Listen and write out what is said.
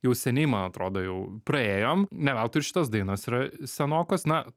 jau seniai man atrodo jau praėjom ne veltui ir šitos dainos yra senokos na